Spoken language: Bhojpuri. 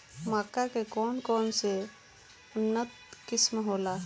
मक्का के कौन कौनसे उन्नत किस्म होला?